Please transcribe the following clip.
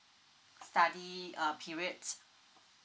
study uh periods